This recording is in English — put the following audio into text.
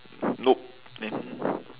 nope then